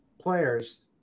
players